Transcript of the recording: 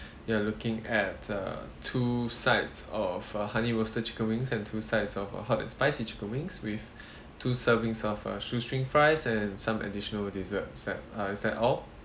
you're looking at uh two sides of a honey roasted chicken wings and two sides of uh hot and spicy chicken wings with two servings of uh shoestring fries and some additional desserts is that~ uh is that all